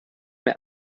mir